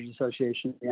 Association